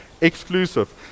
exclusive